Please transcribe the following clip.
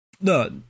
no